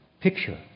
picture